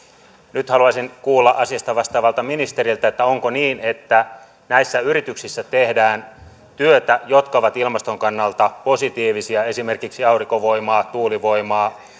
nyt haluaisin kuulla asiasta vastaavalta ministeriltä onko niin että näissä yrityksissä tehdään työtä joka on ilmaston kannalta positiivista esimerkiksi aurinkovoimaa tuulivoimaa